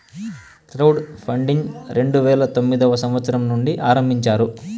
crowd funding రెండు వేల తొమ్మిదవ సంవచ్చరం నుండి ఆరంభించారు